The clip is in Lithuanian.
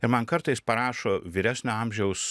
ir man kartais parašo vyresnio amžiaus